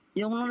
yung